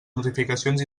notificacions